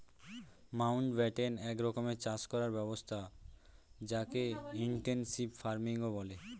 Mountbatten এক রকমের চাষ করার ব্যবস্থা যকে ইনটেনসিভ ফার্মিংও বলে